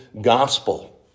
gospel